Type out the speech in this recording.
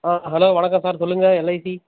ஆ hello வணக்கம் sir சொல்லுங்கள் LIC